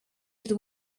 his